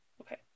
Okay